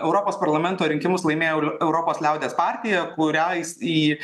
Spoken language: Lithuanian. europos parlamento rinkimus laimėjo europos liaudies partija kurią jis į